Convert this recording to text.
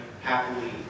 happily